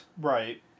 Right